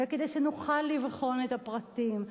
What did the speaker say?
וכדי שנוכל לבחון את הפרטים,